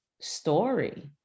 story